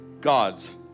God's